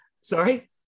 Sorry